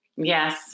Yes